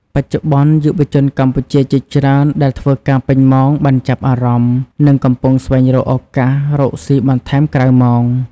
បច្ចុប្បន្ន យុវជនកម្ពុជាជាច្រើនដែលធ្វើការពេញម៉ោងបានចាប់អារម្មណ៍និងកំពុងស្វែងរកឱកាសរកស៊ីបន្ថែមក្រៅម៉ោង។